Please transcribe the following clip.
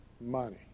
money